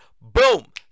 Boom